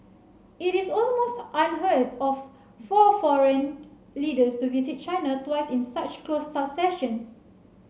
it is almost unheard of for foreign leaders to visit China twice in such close succession